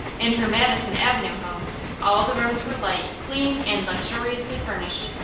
in her madison avenue home all the rooms were light, clean and luxuriously furnished.